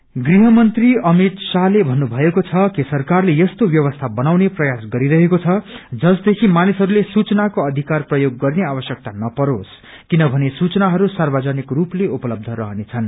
हुन्फरमेशन् गृहमन्त्री अमित शाहले भन्नुभएको छ कि सरकारले यस्तो व्यवस्था बनाउने प्रयास गरिरहेको छ जसदेखि मानिसहरूले सुचाको अधिकार प्रयोग गर्ने आवश्यक्तस नपरोस् किनभने सूचनाहरू सार्वजनिक रूपले उपलब्य रहनेछन्